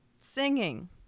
singing